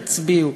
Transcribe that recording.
תצביעו.